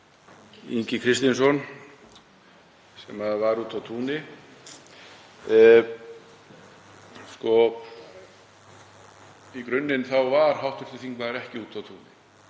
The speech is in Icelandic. Ingi Kristinsson sem var úti á túni. Í grunninn var hv. þingmaður ekki úti á túni.